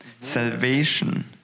salvation